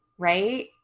right